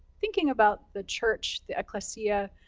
thinking about the church, the ecclesia,